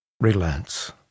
relents